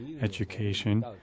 education